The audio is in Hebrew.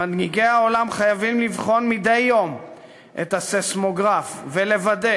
מנהיגי העולם חייבים לבחון מדי יום את הסיסמוגרף ולוודא